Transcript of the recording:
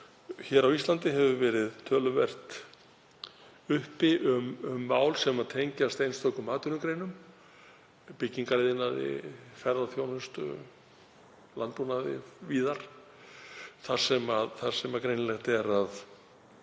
Hér á Íslandi hefur verið töluvert um mál sem tengjast einstökum atvinnugreinum; byggingariðnaði, ferðaþjónustu, landbúnaði og fleiru þar sem greinilegt er að